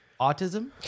autism